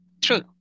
True